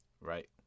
right